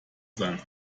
sein